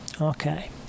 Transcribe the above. Okay